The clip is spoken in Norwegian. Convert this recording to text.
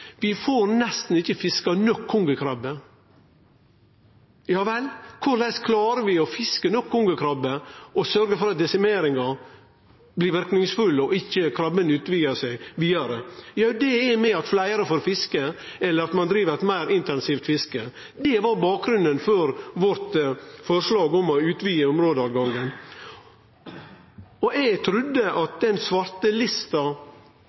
Vi får nesten ikkje fiska nok kongekrabbe. Ja vel, korleis klarer vi å fiske nok kongekrabbe og sørgje for at desimeringa blir verknadsfull, og at ikkje krabben utvidar sitt område? Jo, det er ved at fleire får fiske, eller ved at ein driv eit meir intensivt fiske. Det var bakgrunnen for vårt forslag om å utvide områdetilgangen. Eg trudde